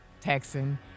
Texan